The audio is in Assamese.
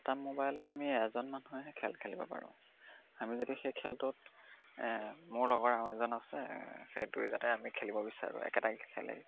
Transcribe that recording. এটা মোবাইলত আমি এজন মানুহেহে খেল খেলিব পাৰোঁ আমি যদি সেই খেলটোত মোৰ লগৰ আৰু এজন আছে সেই দুইজনে আমি খেলিব বিচাৰোঁ একেটা খেলেই